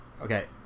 okay